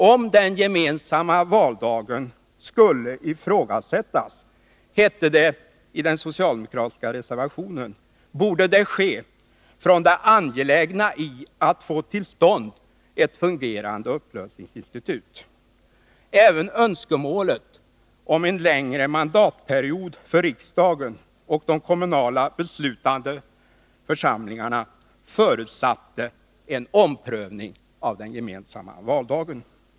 Om den gemensamma valdagen skulle ifrågasättas, hette det i den socialdemokratiska reservationen, borde det ske från det angelägna i att få till stånd ett fungerande upplösningsinstitut. Även önskemålet om en längre mandatperiod för riksdagen och de kommunala beslutande församlingarna förutsatte en omprövning av den gemensamma valdagen.